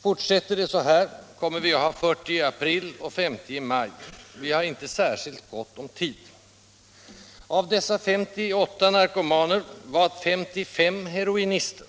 Fortsätter det så här kommer vi att ha 40 i april och 50 i maj — vi har således inte särskilt gott om tid! Av dessa 58 narkomaner var 55 heroinister.